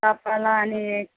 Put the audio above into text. ताप आला आणि